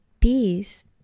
peace